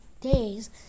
days